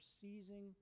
seizing